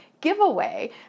giveaway